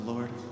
Lord